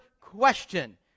question